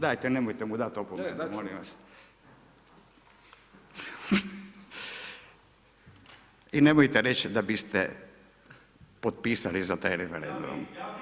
Dajte, nemojte mu dati opomenu, molim vas [[Upadica Hajdaš Dončić: Ne, ne, dat ću mu.]] I nemojte reći da biste potpisali za taj referendum.